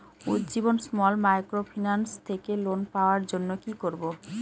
Ujjivan small microfinance থেকে loan পাওয়ার জন্য কি করব?